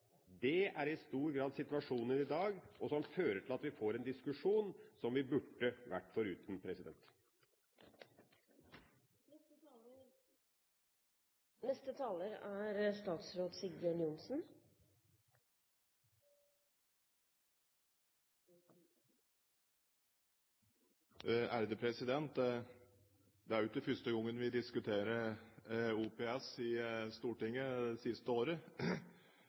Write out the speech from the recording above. Det er i stor grad situasjonen i dag, og som fører til at vi får en diskusjon som vi burde vært foruten. Det er ikke første gangen vi diskuterer OPS i Stortinget det siste året.